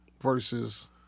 versus